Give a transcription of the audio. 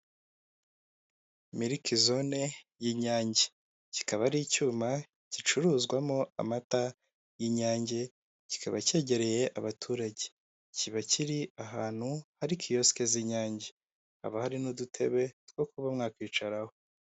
Miriki zone y'inyange, kikaba ari icyuma gicuruzwamo amata y'inyange kikaba cyegereye abaturage, kiba kiri ahantu hari kiyosike z'inyange. Haba hari n'udutebe two kuba mwakwicaraho.